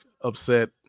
upset